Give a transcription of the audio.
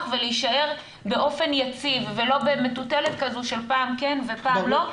ולהישאר באופן יציב ולא במטוטלת כזו של פעם כן ופעם לא.